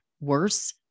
worse